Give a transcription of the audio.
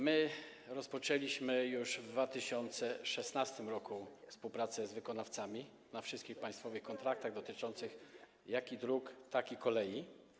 My rozpoczęliśmy już w 2016 r. współpracę z wykonawcami przy wszystkich państwowych kontraktach dotyczących tak dróg, jak i kolei.